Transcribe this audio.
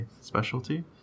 specialty